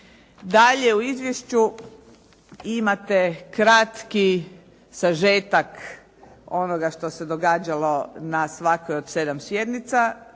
Dalje u izvješću imate kratki sažetak onoga što se događalo na svakoj od 7 sjednica